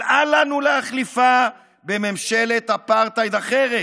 אבל אל לנו להחליפה בממשלת אפרטהייד אחרת.